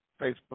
Facebook